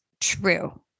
true